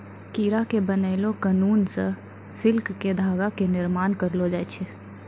कीड़ा के बनैलो ककून सॅ सिल्क के धागा के निर्माण करलो जाय छै